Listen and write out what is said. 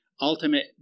ultimate